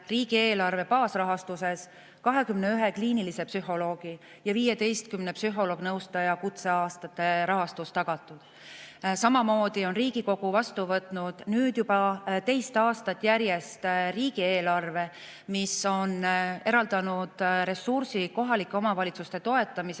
riigieelarve baasrahastuses 21 kliinilise psühholoogi ja 15 psühholoog-nõustaja kutseaastate rahastus tagatud. Samamoodi on Riigikogu vastu võtnud nüüd juba teist aastat järjest riigieelarve, mis on eraldanud ressursi kohalike omavalitsuste toetamiseks,